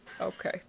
Okay